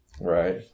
right